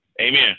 amen